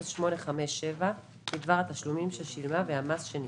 בטופס 0857 בדבר התשלומים ששילמה והמס שניכתה,